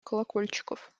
колокольчиков